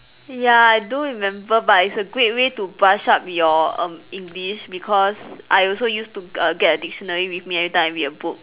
ya I do remember but it's a great way to brush up your um English because I also used to err get a dictionary with me every time I read a book